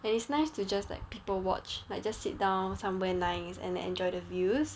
and it's nice to just like people watch like just sit down somewhere nice and enjoy the views